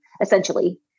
essentially